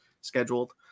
scheduled